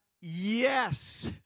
Yes